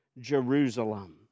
Jerusalem